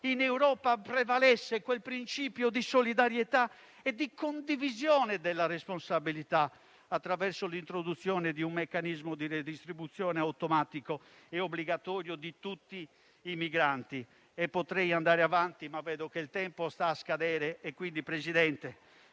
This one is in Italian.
in Europa prevalesse quel principio di solidarietà e di condivisione della responsabilità, attraverso l'introduzione di un meccanismo di redistribuzione automatico e obbligatorio di tutti i migranti. Potrei andare avanti, ma vedo che il tempo sta per scadere. Signor Presidente,